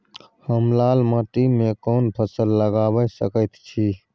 हम लाल माटी में कोन फसल लगाबै सकेत छी?